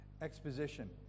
Exposition